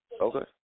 Okay